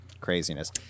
craziness